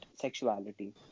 sexuality